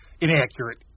Inaccurate